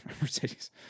Mercedes –